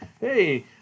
Hey